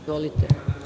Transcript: Izvolite.